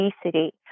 obesity